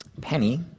Penny